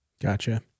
Gotcha